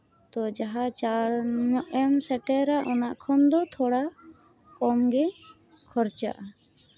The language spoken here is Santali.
ᱛᱚ ᱡᱟᱦᱟᱸ ᱪᱟᱬ ᱧᱚᱜ ᱮᱢ ᱥᱮᱴᱮᱨᱟ ᱚᱱᱟ ᱠᱷᱚᱱ ᱫᱚ ᱛᱷᱚᱲᱟ ᱠᱚᱢ ᱜᱮ ᱠᱷᱚᱨᱪᱟᱜᱼᱟ